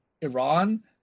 Iran